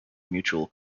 mutual